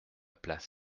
place